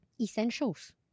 Essentials